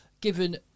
given